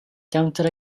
gownter